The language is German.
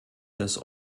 des